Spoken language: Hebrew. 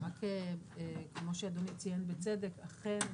רק כמו שאדוני ציין, בצדק, אכן